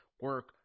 Work